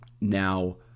Now